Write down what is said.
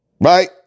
right